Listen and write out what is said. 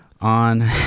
on